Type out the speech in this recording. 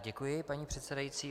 Děkuji, paní předsedající.